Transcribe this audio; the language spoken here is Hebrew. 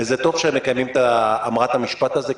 וזה טוב שהם מקיימים אמרה את המשפט הזה,